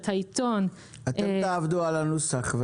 תעבדו על הנוסח.